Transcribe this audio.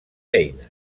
eines